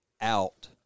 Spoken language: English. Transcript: out